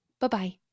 Bye-bye